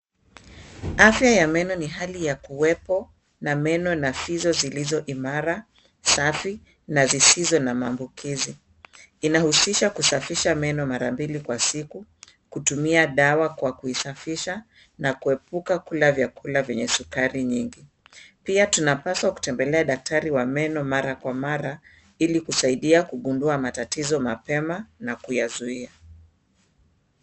Afya ya meno ni hali ya kuwepo wa meno na fizo zilizo imara, safi na zisizo na maambukizi. Inahusisha kusafisha meno mara mbili kwa siku, kutumia dawa kwa kuisafisha na kuepuka kula vyakula vyenye sukari nyingi. Pia tunapaswa kutembelea daktari wa meno mara kwa mara, ili kusaidia kugundua matatizo mapema na kuyazuia.